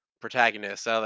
protagonist